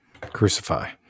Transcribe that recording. Crucify